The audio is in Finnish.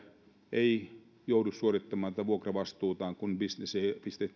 ei joudu suorittamaan tätä vuokravastuutaan kun bisnestä ei